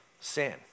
Sin